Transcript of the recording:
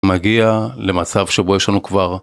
מגיע למצב שבו יש לנו כבר.